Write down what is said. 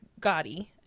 Gotti